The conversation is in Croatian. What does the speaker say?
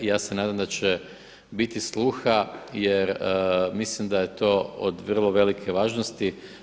Ja se nadam da će biti sluha, jer mislim da je to od vrlo velike važnosti.